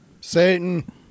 Satan